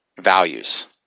values